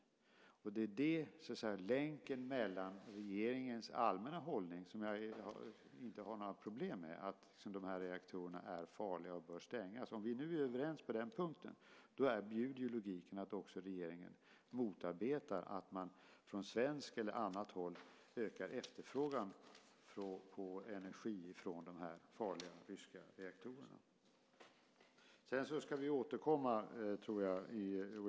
Det handlar alltså om länken mellan regeringens allmänna hållning, alltså att reaktorerna är farliga och bör stängas - som jag inte har några problem med, om vi nu är överens på den punkten - och att regeringen motarbetar att man från svenskt eller annat håll ökar efterfrågan på energi från de farliga ryska reaktorerna. Sedan ska vi återkomma.